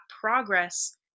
progress